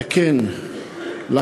הפנים והגנת הסביבה של הכנסת להכנתה לקריאה